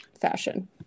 fashion